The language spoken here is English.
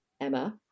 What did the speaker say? Emma